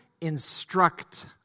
instruct